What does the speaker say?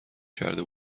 کرده